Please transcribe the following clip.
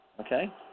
okay